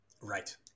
Right